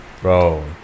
Bro